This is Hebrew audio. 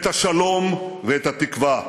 את השלום ואת התקווה,